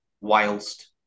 whilst